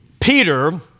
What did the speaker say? Peter